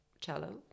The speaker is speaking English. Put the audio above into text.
cello